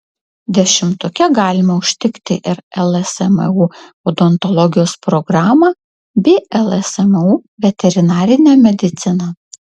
dešimtuke galima užtikti ir lsmu odontologijos programą bei lsmu veterinarinę mediciną